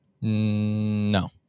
No